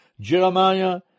jeremiah